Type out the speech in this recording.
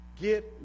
get